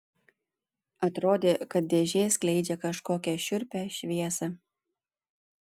atrodė kad dėžė skleidžia kažkokią šiurpią šviesą